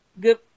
good